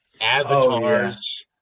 avatars